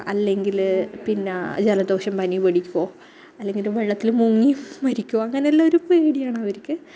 അല്ലെങ്കിൽ പിന്നെ ജലദോഷം പനി പിടിക്കുമോ അല്ലെങ്കില് വെള്ളത്തിൽ മുങ്ങി മരിക്കുമോ അങ്ങനെയല്ലാം ഒരു പേടിയാണ് അവർക്ക്